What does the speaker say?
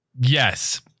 Yes